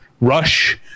Rush